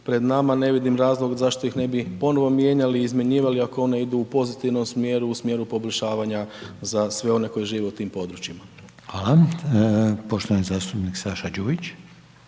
pred nama, ne vidim razlog zašto ih ne bi ponovo mijenjali i izmjenjivali ako one idu u pozitivnom smjeru, u smjeru poboljšavanja za sve one koji žive u tim područjima. **Reiner, Željko (HDZ)** Hvala. Poštovani zastupnik Saša Đujić.